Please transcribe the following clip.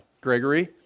Gregory